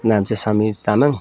नाम चाहिँ समीर तामाङ